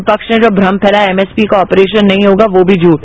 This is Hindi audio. विपक्षी ने भ्रम फैलाया एमएसपी का ऑप्रेशन नहीं होगा वो भी झूठ